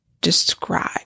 describe